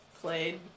played